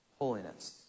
holiness